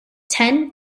ten